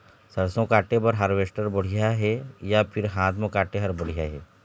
सरसों काटे बर हारवेस्टर बढ़िया हे या फिर हाथ म काटे हर बढ़िया ये?